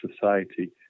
society